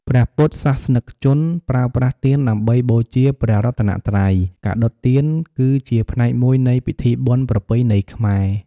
ព្រះពុទ្ធសាសនិកជនប្រើប្រាស់ទៀនដើម្បីបូជាព្រះរតនត្រ័យ ការដុតទៀនគឺជាផ្នែកមួយនៃពិធីបុណ្យប្រពៃណីខ្មែរ។